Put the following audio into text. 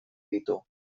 ditu